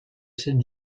celle